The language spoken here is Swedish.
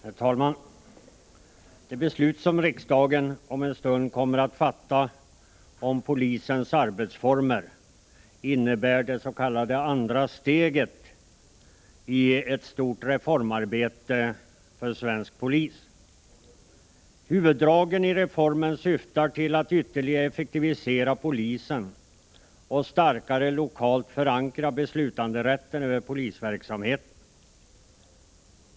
Herr talman! Det beslut som riksdagen om en stund kommer att fatta om polisens arbetsformer innebär det s.k. andra steget i ett stort reformarbete för svensk polis. Huvuddragen i reformen syftar till att ytterligare effektivisera polisen och starkare lokalt förankra beslutanderätten över polisverksamheten.